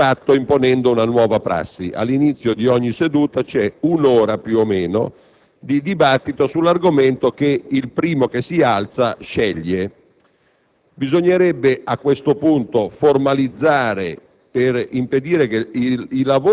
alla Presidenza qualche valutazione sulla circostanza che stiamo di fatto imponendo una nuova prassi: all'inizio di ogni seduta c'è un'ora, più o meno, di dibattito sull'argomento che il primo che si alza sceglie.